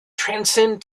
transcend